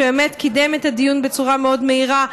שבאמת קידם את הדיון בצורה מאוד מהירה,